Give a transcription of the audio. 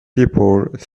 people